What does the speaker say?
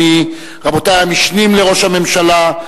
רבותי המשנים לראש הממשלה,